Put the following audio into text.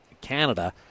Canada